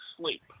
sleep